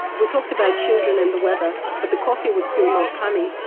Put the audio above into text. we talked about children and the weather, but the coffee was still not coming.